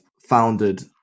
founded